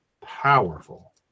powerful